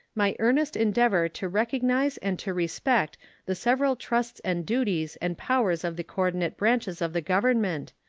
my earnest endeavor to recognize and to respect the several trusts and duties and powers of the coordinate branches of the government,